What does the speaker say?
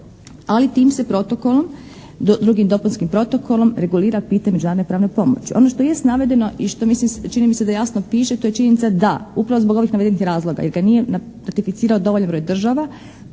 ali tim se protokolom, Drugim dopunskim protokolom regulira pitanje međunarodne pravne pomoći. Ono što jest navedeno i što mislim čini mi se da jasno piše to je činjenica da upravo zbog ovih navedenih razloga jer ga nije ratificirao dovoljan broj država